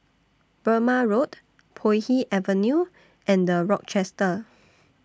Burmah Road Puay Hee Avenue and The Rochester